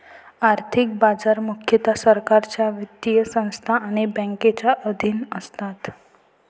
आर्थिक बाजार मुख्यतः सरकारच्या वित्तीय संस्था आणि बँकांच्या अधीन असतात